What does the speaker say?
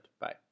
Bye